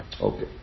Okay